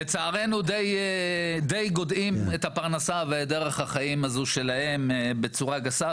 לצערנו די גודעים את הפרנסה ואת דרך החיים הזו שלהם בצורה גסה,